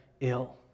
ill